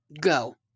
go